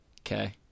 Okay